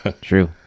true